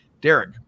Derek